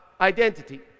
identity